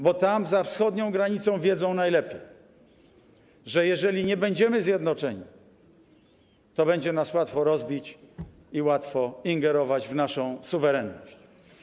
Bo tam, za wschodnią granicą wiedzą najlepiej, że jeżeli nie będziemy zjednoczeni, to będzie nas łatwo rozbić i łatwo będzie ingerować w naszą suwerenność.